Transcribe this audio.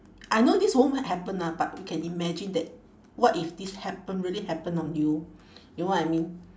I know this won't happen ah but we can imagine that what if this happen really happen on you you know what I mean